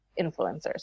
influencers